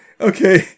Okay